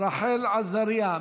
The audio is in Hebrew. רחל עזריה.